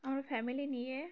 আমরা ফ্যামিলি নিয়ে